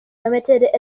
limited